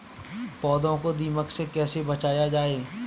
पौधों को दीमक से कैसे बचाया जाय?